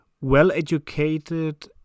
well-educated